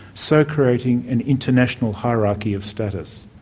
so creating an international hierarchy of status.